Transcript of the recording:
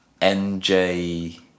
NJ